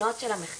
המסקנות של המחקר,